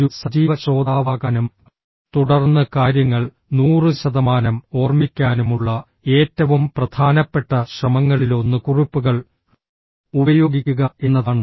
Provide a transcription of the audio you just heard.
ഒരു സജീവ ശ്രോതാവാകാനും തുടർന്ന് കാര്യങ്ങൾ 100 ശതമാനം ഓർമ്മിക്കാനുമുള്ള ഏറ്റവും പ്രധാനപ്പെട്ട ശ്രമങ്ങളിലൊന്ന് കുറിപ്പുകൾ ഉപയോഗിക്കുക എന്നതാണ്